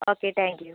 okay thank you